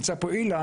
נמצא פה אילן.